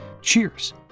Cheers